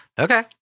Okay